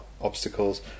obstacles